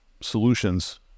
solutions